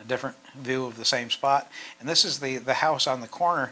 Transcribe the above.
a different view of the same spot and this is the the house on the